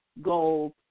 goals